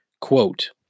quote